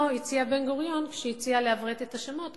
הציע בן-גוריון כשהציע לעברת את השמות,